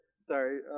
Sorry